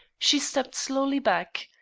she stepped slowly back.